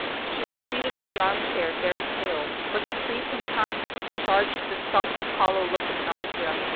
she was seated in the armchair, very pale but sleep and time had discharged the sunk and hollow look of nausea,